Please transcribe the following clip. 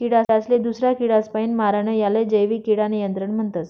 किडासले दूसरा किडापासीन मारानं यालेच जैविक किडा नियंत्रण म्हणतस